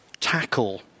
tackle